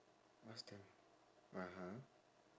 ask them (uh huh)